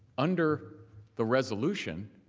under the resolution,